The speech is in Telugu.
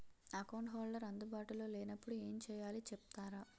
అకౌంట్ హోల్డర్ అందు బాటులో లే నప్పుడు ఎం చేయాలి చెప్తారా?